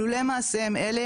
לולא מעשיהם אלה,